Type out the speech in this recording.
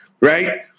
right